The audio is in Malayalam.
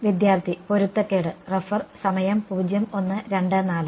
വിദ്യാർത്ഥി പൊരുത്തക്കേട്